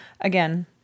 Again